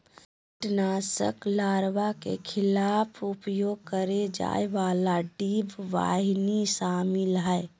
कीटनाशक में लार्वा के खिलाफ उपयोग करेय जाय वाला डिंबवाहिनी शामिल हइ